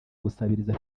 gusabiriza